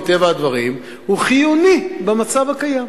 מטבע הדברים הוא חיוני במצב הקיים.